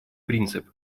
принцип